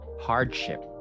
hardship